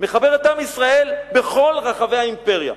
מחבר את עם ישראל בכל רחבי האימפריה,